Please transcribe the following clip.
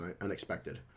unexpected